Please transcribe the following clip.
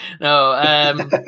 No